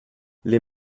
les